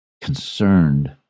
concerned